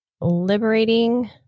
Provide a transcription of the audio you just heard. liberating